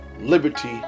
liberty